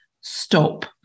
stop